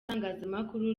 itangazamakuru